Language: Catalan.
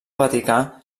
vaticà